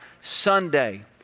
Sunday